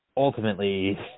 Ultimately